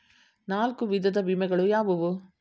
ನಾಲ್ಕು ವಿಧದ ವಿಮೆಗಳು ಯಾವುವು?